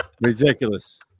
Ridiculous